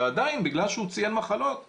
ועדיין בגלל שהוא ציין מחלות לכאורה,